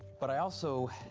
but i also